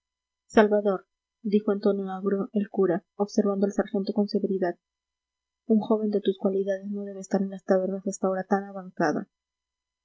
salvador dijo en tono agrio el cura observando al sargento con severidad un joven de tus cualidades no debe estar en las tabernas hasta hora tan avanzada